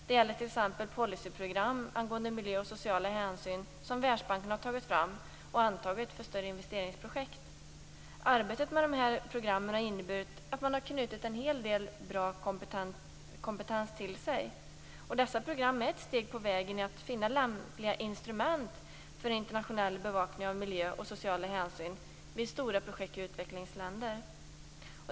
Det gäller t.ex. de policyprogram angående miljö och sociala hänsyn som Världsbanken har tagit fram och antagit för större investeringsprojekt. Arbetet med de här programmen har inneburit att man har knutit en hel del bra kompetens till sig. Dessa program är ett steg på vägen för att finna lämpliga instrument för internationell bevakning av miljö och sociala hänsyn vid stora projekt i utvecklingsländer.